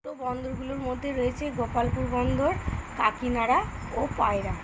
ছোট বন্দরগুলোর মধ্যে রয়েছে গোপালপুর বন্দর কাঁকিনাড়া ও পায়রা